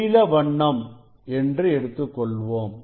நீல வண்ணம் என்று எடுத்துக்கொள்வோம்